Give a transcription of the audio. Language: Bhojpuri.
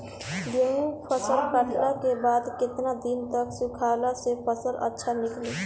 गेंहू फसल कटला के बाद केतना दिन तक सुखावला से फसल अच्छा निकली?